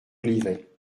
olivet